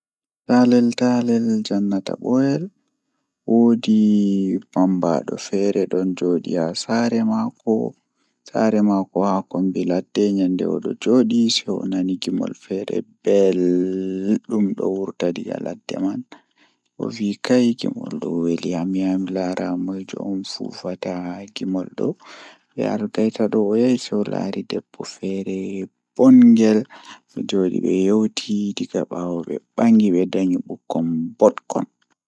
Taalel taalel jannata booyel, Woodi wakkati feere haa kawye feere, Jamanu man woodi ledde don wolwina himbe amma seito alorni hakkilo ma masin ananata ko leggal man wiyata, Woodi bingel feere o wala ceede wuro man pat yida haala maako nyende odon joodi haa kombi leggal man, Ohediti sei onani leggal man don yecca mo haa oyahata oheba cede nde o yahi babal manbo o hebi ceede o warti wuro man koomoi yidi haala mako o mari sobiraabe koomoi don tokka mo.